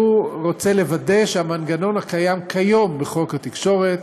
הוא רוצה לוודא שהמנגנון הקיים בחוק התקשורת,